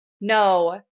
no